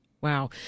Wow